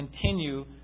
continue